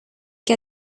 que